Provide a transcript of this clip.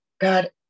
God